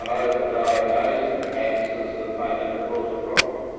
and over-diagnosing cancers that may never cause a problem.